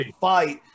fight